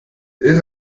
irre